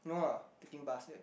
no lah taking bus